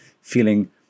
feeling